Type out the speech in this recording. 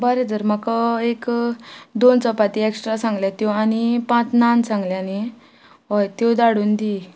बरें तर म्हाका एक दोन चपाती एक्स्ट्रा सांगल्यात त्यो आनी पांच नान सांगल्या न्ही हय त्यो धाडून दी